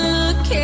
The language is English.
look